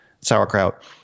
sauerkraut